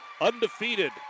undefeated